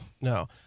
no